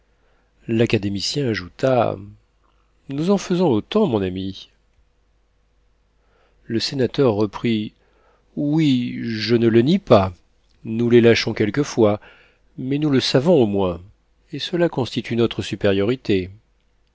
l'académicien ajouta nous en faisons autant mon ami le sénateur reprit oui je ne le nie pas nous les lâchons quelquefois mais nous le savons au moins et cela constitue notre supériorité